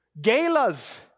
galas